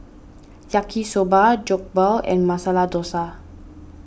Yaki Soba Jokbal and Masala Dosa